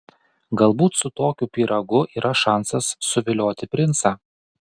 galbūt su tokiu pyragu yra šansas suvilioti princą